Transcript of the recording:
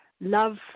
love